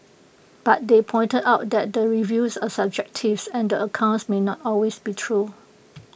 but they pointed out that the reviews are subjectives and the accounts may not always be true